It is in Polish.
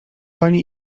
panie